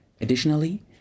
Additionally